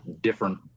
different